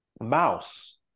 mouse